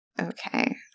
Okay